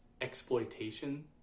exploitation